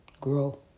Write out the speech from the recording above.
Grow